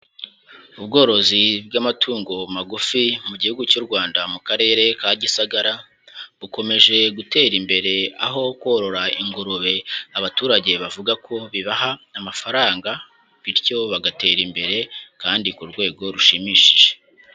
Ubworozi bw'amatungo magufi mu Gihugu cy'u Rwanda mu Karere ka Gisagara, bukomeje gutera imbere aho korora ingurube abaturage bavuga ko bibaha amafaranga, bityo bagatera imbere kandi ku rwego rushimishije.